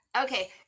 Okay